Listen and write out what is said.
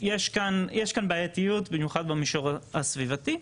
יש כאן בעייתיות במיוחד במישור הסביבתי,